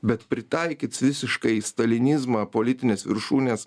bet pritaikyts visiškai stalinizmą politinės viršūnės